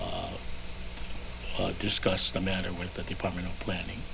discuss the matter with the department of planning